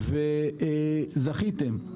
זכיתם.